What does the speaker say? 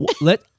let